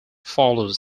follows